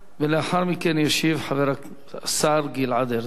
לאחר מכן ישיב השר גלעד ארדן.